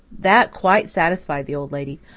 that quite satisfied the old lady,